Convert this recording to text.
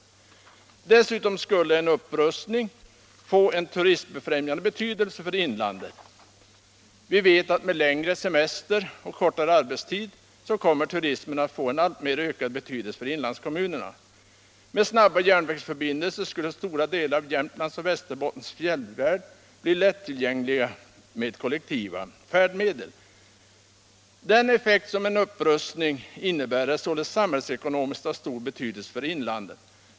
Dessutom skulle en upprustning bli av turistbefrämjande betydelse för inlandet. Vi vet att med längre semester och kortare arbetstid kommer turismen att få en alltmer ökad betydelse för inlandskommunerna. Med snabba järnvägsförbindelser skulle stora delar av Jämtlands och Västerbottens fjällvärld bli lättillgängliga med kollektiva färdmedel. Den effekt som en upprustning innebär är således samhällsekonomiskt av stor betydelse för inlandet.